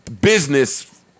business